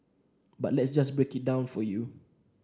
but let's just break it down for you